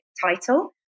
title